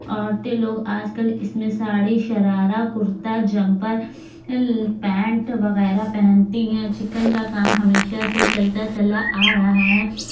عورتیں لوگ آج کل اس میں ساڑی شرارہ کرتا جمپر پینٹ وغیرہ پہنتی ہیں اور چکن کا کام ہمیشہ سے چلتا چلا آ رہا ہے